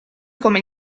come